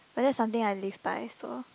but that's something I live by so